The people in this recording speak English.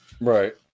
Right